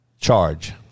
charge